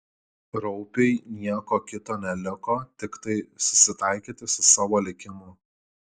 raupiui nieko kita neliko tiktai susitaikyti su savo likimu